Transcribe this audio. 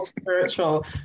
spiritual